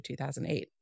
2008